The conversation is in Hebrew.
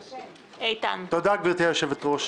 אני הגשתי בקשה לדיון בנושא הגדלת הפנסיה של פרקליט